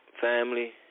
family